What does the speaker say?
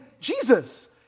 Jesus